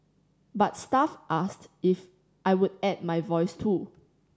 but staff asked if I would add my voice too